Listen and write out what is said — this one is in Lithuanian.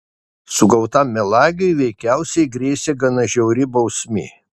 sugautam melagiui veikiausiai grėsė gana žiauri bausmė